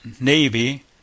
navy